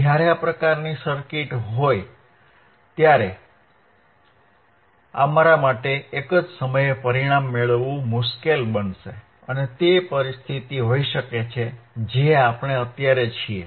જ્યારે આ પ્રકારની સર્કિટ હોય ત્યારે અમારા માટે એક જ સમયે પરિણામ મેળવવું મુશ્કેલ બનશે અને તે સ્થિતિ હોઈ શકે છે જે આપણે અત્યારે છીએ